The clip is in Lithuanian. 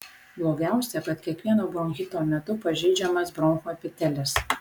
blogiausia kad kiekvieno bronchito metu pažeidžiamas bronchų epitelis